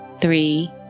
three